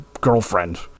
girlfriend